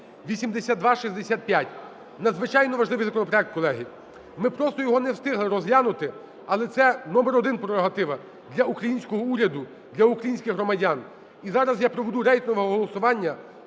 (8265). Надзвичайно важливий законопроект, колеги, ми просто його не встигли розглянути, але це номер один прерогатива для українського уряду, для українських громадян. І зараз я проведу рейтингове голосування